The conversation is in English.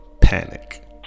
panic